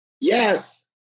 Yes